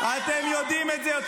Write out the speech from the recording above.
-- ואתם יודעים את זה.